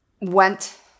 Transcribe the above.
went